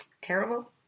terrible